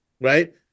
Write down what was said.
right